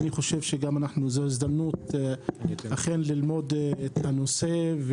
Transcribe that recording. זו הזדמנות אכן ללמוד את הנושא.